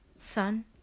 Son